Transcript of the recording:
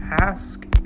ask